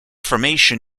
formation